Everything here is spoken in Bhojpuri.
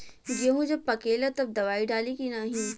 गेहूँ जब पकेला तब दवाई डाली की नाही?